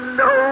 no